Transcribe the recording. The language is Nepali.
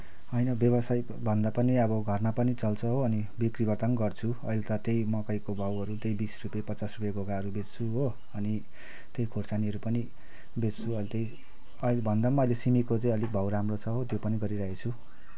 होइन व्यवसाय भन्दा पनि अब घरमा पनि चल्छ हो अनि बिक्रीबट्टा पनि गर्छु अहिले त त्यही मकैको भाउहरू त्यही बिस रुपियाँ पचास रुपियाँ घोगाहरू बेच्छु हो अनि त्यही खोर्सानीहरू पनि बेच्छु अहिले त्यही अहिले भन्दा पनि सिमीको चाहिँ अलिक भाउ राम्रो छ हो त्यो पनि गरिरहेको छु